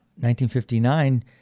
1959